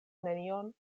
nenion